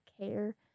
care